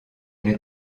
les